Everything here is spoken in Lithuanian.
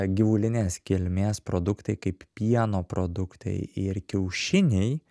gyvulinės kilmės produktai kaip pieno produktai ir kiaušiniai